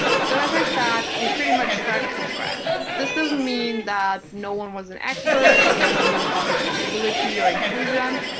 so as i said, we pretty much started from scratch. this doesn't mean that no one was an expert or no one knew about accessibility or inclusion,